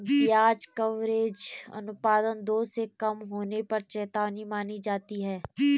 ब्याज कवरेज अनुपात दो से कम होने पर चेतावनी मानी जाती है